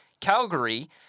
Calgary